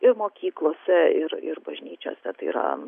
ir mokyklose ir ir bažnyčiose tai yra